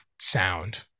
sound